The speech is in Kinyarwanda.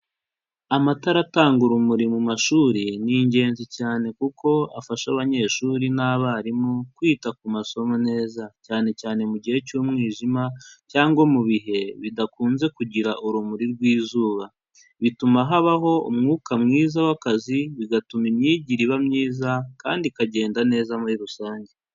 Amatara atanga urumuri mu mashuri ni ingenzi cyane kuko afasha abanyeshuri n'abarimu kwita ku masomo neza cyane cyane mu gihe cy'umwijima cyangwa mu bihe bidakunze kugira urumuri rw'izuba, bituma habaho umwuka mwiza w'akazi bigatuma imyigire iba myiza kandi ikagenda neza muri rusange.